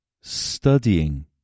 studying